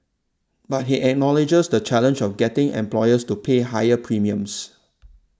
but he acknowledges the challenge of getting employers to pay higher premiums